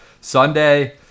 Sunday